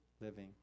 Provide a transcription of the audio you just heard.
living